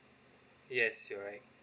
yes you're right